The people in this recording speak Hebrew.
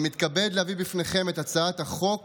אני מתכבד להביא בפניכם את הצעת החוק